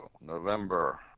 November